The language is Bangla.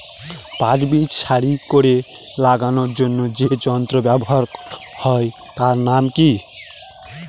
পাট বীজ সারি করে লাগানোর জন্য যে যন্ত্র ব্যবহার হয় তার নাম কি?